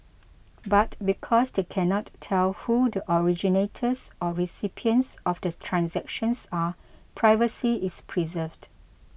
but because they cannot tell who the originators or recipients of the transactions are privacy is preserved